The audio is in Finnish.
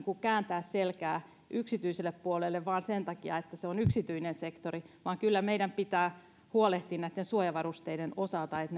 kääntää selkää yksityiselle puolelle vain sen takia että se on yksityinen sektori vaan kyllä meidän pitää huolehtia näitten suojavarusteiden osalta että